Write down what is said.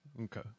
Okay